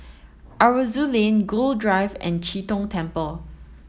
Aroozoo Lane Gul Drive and Chee Tong Temple